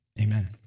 Amen